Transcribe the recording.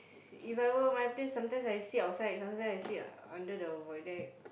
If I were my place sometimes I sit outside sometimes I sit under the void deck